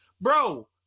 bro